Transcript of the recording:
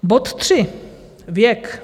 Bod tři věk.